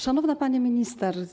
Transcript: Szanowna Pani Minister!